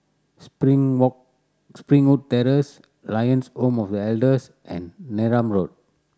Spring Springwood Terrace Lions Home for The Elders and Neram Road